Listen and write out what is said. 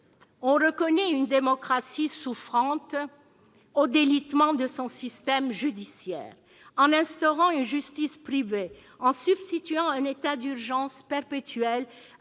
on reconnaît une démocratie souffrante au délitement de son système judiciaire. En instaurant une justice privée, en substituant un état d'urgence perpétuel